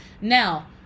Now